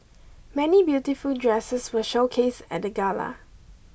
many beautiful dresses were showcased at the gala